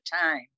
time